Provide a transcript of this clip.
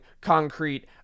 concrete